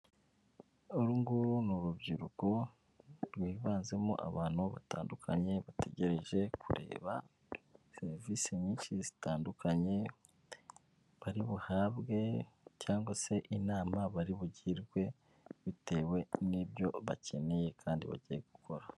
Uru nguru ni urubyiruko rwivanzemo abantu batandukanye, bategereje kureba serivisi nyinshi zitandukanye bari buhabwe cyangwa se inama bari bugirwe, bitewe n'ibyo bakeneye kandi bagiye gukora.